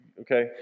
Okay